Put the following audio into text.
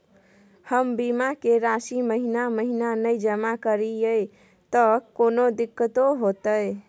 हम बीमा के राशि महीना महीना नय जमा करिए त कोनो दिक्कतों होतय?